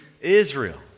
Israel